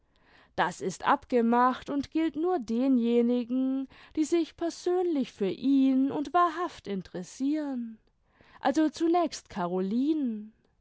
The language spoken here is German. das ist abgemacht und gilt nur denjenigen die sich persönlich für ihn und wahrhaft interessiren also zunächst carolinen